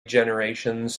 generations